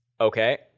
Okay